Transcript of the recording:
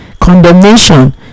condemnation